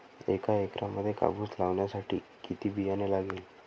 एका एकरामध्ये कापूस लावण्यासाठी किती बियाणे लागेल?